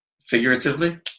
figuratively